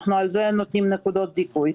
על זה אנו נותנים נקודות זיכוי.